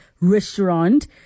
restaurant